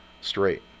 straight